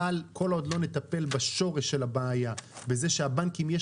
אבל כל עוד לא נטפל בשורש של הבעיה ובזה שהבנקים יש